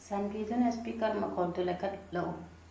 ꯆꯥꯟꯕꯤꯗꯨꯅ ꯁ꯭ꯄꯤꯀꯔ ꯃꯈꯣꯜꯗꯨ ꯂꯩꯈꯠꯂꯛꯎ